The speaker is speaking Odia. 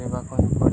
କରିବା ପାଇଁ